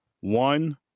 One